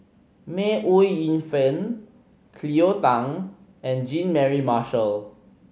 May Ooi Yu Fen Cleo Thang and Jean Mary Marshall